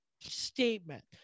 statement